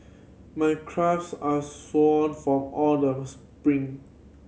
my calves are sore from all the sprint